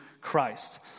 Christ